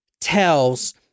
tells